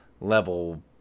level